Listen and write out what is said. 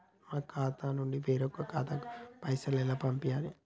మా ఖాతా నుండి వేరొక ఖాతాకు పైసలు ఎలా పంపియ్యాలి?